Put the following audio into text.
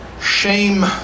shame